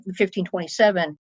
1527